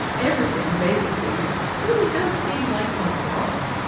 everything basically really does seem like a lot.